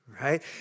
right